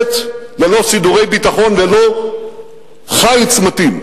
לצאת ללא סידורי ביטחון, ללא חיץ מתאים,